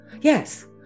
Yes